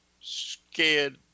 scared